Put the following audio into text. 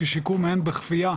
כי שיקום אין בכפייה,